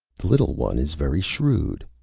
the little one is very shrewd.